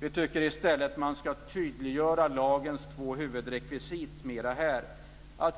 Vi tycker att man mer ska tydliggöra lagens två huvudrekvisit.